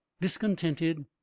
Discontented